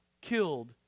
killed